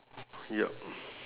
ya